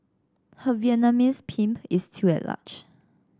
her Vietnamese pimp is still at large